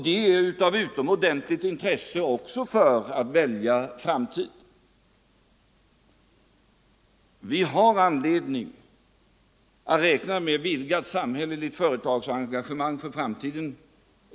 Det är av utomordentligt intresse också när det gäller att välja i framtiden. Vi har anledning att räkna med vidgad samhälleligt företagsengagemang för framtiden.